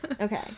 Okay